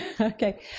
Okay